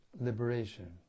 liberation